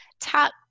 top